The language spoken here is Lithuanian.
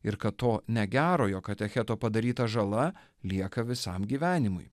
ir kad to negerojo katecheto padaryta žala lieka visam gyvenimui